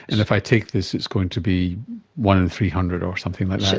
and if i take this it's going to be one in three hundred or something like that?